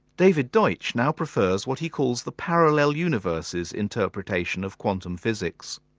david deutsch now prefers what he calls the parallel universes interpretation of quantum physics.